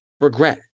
regret